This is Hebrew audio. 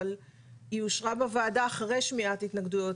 אבל היא אושרה בוועדה אחרי שמיעת התנגדויות.